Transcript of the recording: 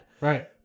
Right